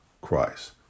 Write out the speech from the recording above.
Christ